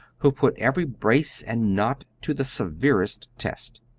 who put every brace and knot to the severest test.